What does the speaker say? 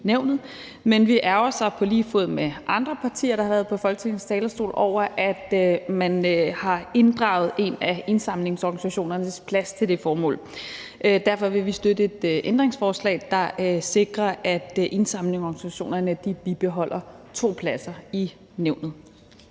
nævnet, men vi ærgrer os på lige fod med andre partier, der har været på Folketingets talerstol, over, at man har inddraget en af indsamlingsorganisationernes plads til det formål. Derfor vil vi støtte et ændringsforslag, der sikrer, at indsamlingsorganisationerne bibeholder to pladser i nævnet.